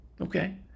Okay